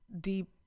deep